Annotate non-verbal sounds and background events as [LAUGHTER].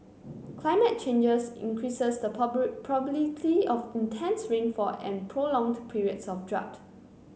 climate changes increases the [UNINTELLIGIBLE] probability of both intense rainfall and prolonged periods of drought